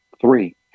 Three